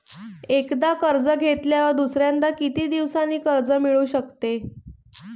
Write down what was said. एकदा कर्ज घेतल्यावर दुसऱ्यांदा किती दिवसांनी कर्ज मिळू शकते?